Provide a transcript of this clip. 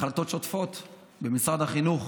החלטות שוטפות במשרד החינוך,